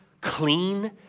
clean